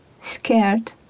scared